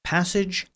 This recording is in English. Passage